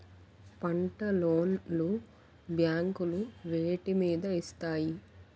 పంట లోన్ లు బ్యాంకులు వేటి మీద ఇస్తాయి?